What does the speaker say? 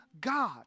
God